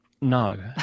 No